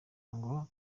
ngo